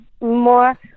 more